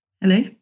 Hello